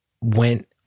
went